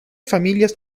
familias